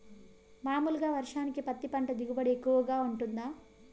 మామూలుగా వర్షానికి పత్తి పంట దిగుబడి ఎక్కువగా గా వుంటుందా?